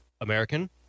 American